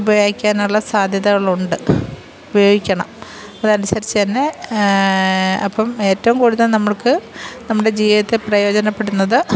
ഉപയോഗിക്കാനുള്ള സാധ്യതകളുണ്ട് ഉപയോഗിക്കണം അതനുസരിച്ച് തന്നെ അപ്പം ഏറ്റവും കൂടുതൽ നമ്മൾക്ക് നമ്മുടെ ജീവിതത്തിൽ പ്രയോജനപ്പെടുന്നത്